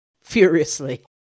furiously